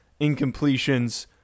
incompletions